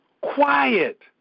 quiet